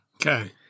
Okay